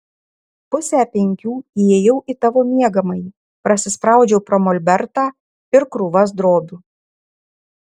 pusę penkių įėjau į tavo miegamąjį prasispraudžiau pro molbertą ir krūvas drobių